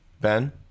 Ben